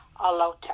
Alota